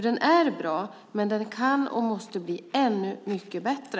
Den är bra, men den kan och måste bli ännu mycket bättre.